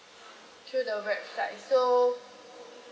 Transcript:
through the website so